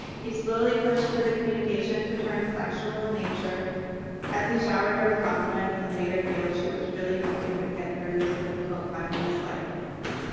he slowly pushed for the communication to turn sexual in nature as he showered her with components and made her feel she was really helping them get through this difficult time in his life.